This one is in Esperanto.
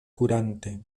kurante